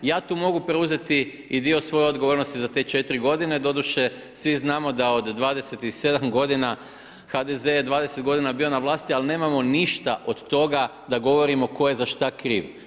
Ja tu mogu preuzeti i dio svoje odgovornosti za te 4 g. Doduše svi znamo da od 27 g. HDZ je 20 g. bio na vlasti, ali nemamo ništa od toga, da govorimo tko je za što kriv.